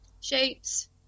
shapes